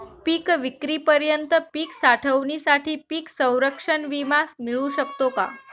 पिकविक्रीपर्यंत पीक साठवणीसाठी पीक संरक्षण विमा मिळू शकतो का?